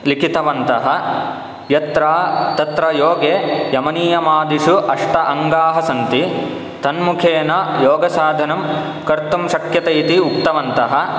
लिखितवन्तः यत्र तत्र योगे यमनियमादिषु अष्ट अङ्गाः सन्ति तन्मुखेन योगसाधनं कर्तुं शक्यते इति उक्तवन्तः